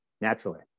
naturally